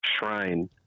shrine